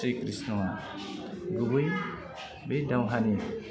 श्री कृष्णआ गुबै बे दावहानि